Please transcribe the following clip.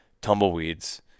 tumbleweeds